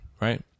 right